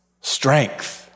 strength